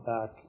back